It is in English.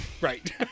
Right